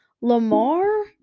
Lamar